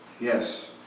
Yes